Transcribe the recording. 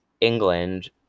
england